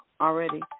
already